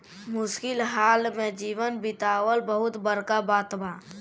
मुश्किल हाल में जीवन बीतावल बहुत बड़का बात बा